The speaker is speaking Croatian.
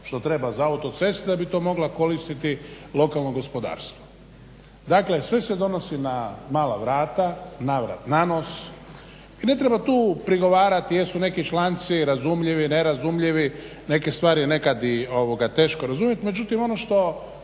što treba za autoceste da bi to moglo koristiti lokalno gospodarstvo. Dakle, sve se donosi na mala vrata, na vrat, na nos i ne treba tu prigovarati jesu neki članci razumljivi, nerazumljivi. Neke stvari je nekad i teško razumjeti, međutim ono što